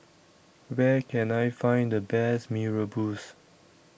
Where Can I Find The Best Mee Rebus